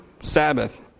Sabbath